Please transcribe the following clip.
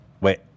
Wait